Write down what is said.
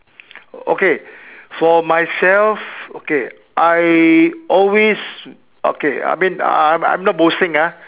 okay for myself okay I always okay I mean I'm I'm not boasting ah